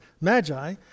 magi